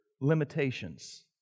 limitations